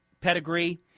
Pedigree